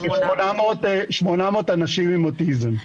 800 אנשים עם אוטיזם.